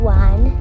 one